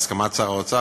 בהסכמת שר האוצר,